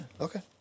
Okay